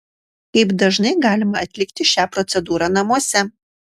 kaip dažnai galima atlikti šią procedūrą namuose